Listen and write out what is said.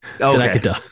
Okay